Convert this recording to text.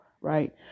Right